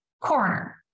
coroner